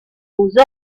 aux